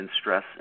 stress